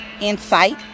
insight